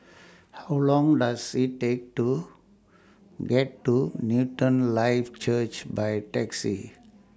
How Long Does IT Take to get to Newton Life Church By Taxi